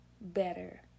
better